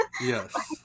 Yes